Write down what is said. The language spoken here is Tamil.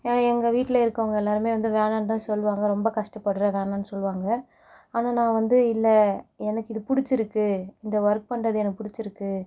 ஏ எங்கள் வீட்டில் இருக்கவங்க எல்லாருமே வந்து வேணாந்தான் சொல்லுவாங்க ரொம்ப கஷ்டப்படுகிறே வேணாம் சொல்லுவாங்க ஆனால் நான் வந்து இல்லை எனக்கு இது பிடிச்சிருக்கு இந்த ஒர்க் பண்றது எனக்கு பிடிச்சிருக்கு